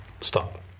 stop